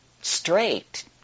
straight